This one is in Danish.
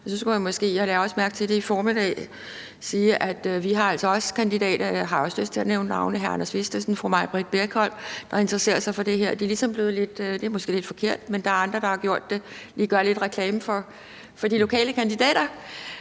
at man gjorde det i formiddags – at vi altså også har kandidater, og jeg har også lyst til at nævne navne, nemlig hr. Anders Vistisen og fru Majbritt Birkholm, der interesserer sig for det her. Det er måske lidt forkert, men der er andre, der har gjort det. Vi gør lidt reklame for de lokale kandidater.